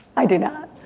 i do not